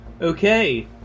Okay